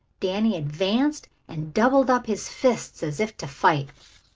danny advanced and doubled up his fists as if to fight.